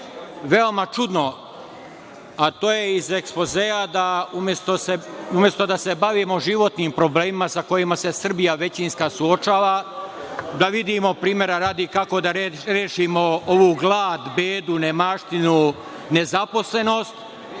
veoma čudno, a to je iz ekspozea, da umesto da se bavimo životnim problemima sa kojima se Srbija većinska suočava, da vidimo, primera radi, kako da rešimo ovu glad, bedu, nemaštinu, nezaposlenost,